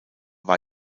war